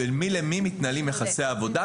ועם מי מתנהלים יחסי עבודה,